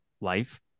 life